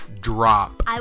drop